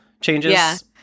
changes